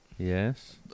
Yes